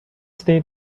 state